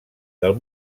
del